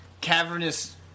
cavernous